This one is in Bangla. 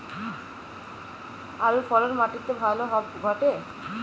আলুর ফলন মাটি তে ভালো ঘটে?